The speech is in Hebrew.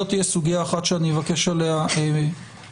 זאת תהיה סוגיה אחת, שאני אבקש עליה התייחסות.